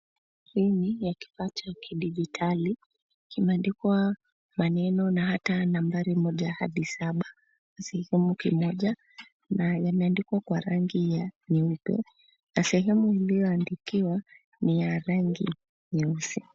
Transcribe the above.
Treni ya kipata ya kidigitali kimeandikwa maneno na hata nambari moja hadi saba sehemu kimoja na yamendikwa kwa rangi ya nyeupe na sehemu iliyoandikiwa ni ya rangi nyeusi